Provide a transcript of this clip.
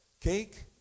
cake